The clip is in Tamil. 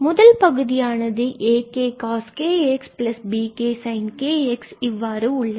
முதல் பகுதி ஆனது இங்கு ak coskx bk sinkx இவ்வாறு உள்ளது